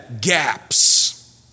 gaps